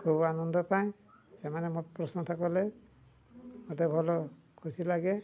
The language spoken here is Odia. ଖୁବ୍ ଆନନ୍ଦ ପାଏ ସେମାନେ ମୋତେ ପ୍ରଶଂସା କଲେ ମୋତେ ଭଲ ଖୁସି ଲାଗେ